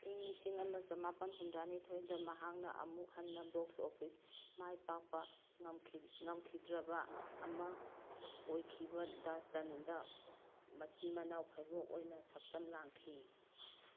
ꯏꯪ ꯂꯤꯁꯤꯡ ꯑꯃ ꯆꯃꯥꯄꯜ ꯍꯨꯝꯗ꯭ꯔꯥ ꯅꯤꯊꯣꯏꯗ ꯃꯍꯥꯛꯅ ꯑꯃꯨꯛ ꯍꯟꯅ ꯕꯣꯛꯁ ꯑꯣꯐꯤꯁ ꯃꯥꯏ ꯄꯥꯛꯄ ꯉꯝꯈꯤꯗ꯭ꯔꯕ ꯑꯃ ꯑꯣꯏꯈꯤꯕ ꯗꯥꯁꯇꯟꯗ ꯃꯆꯤꯟ ꯃꯅꯥꯎ ꯐꯥꯏꯕꯣꯛ ꯑꯣꯏꯅ ꯁꯛꯇꯝ ꯂꯥꯡꯈꯤ